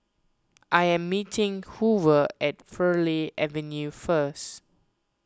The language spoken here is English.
I am meeting Hoover at Farleigh Avenue first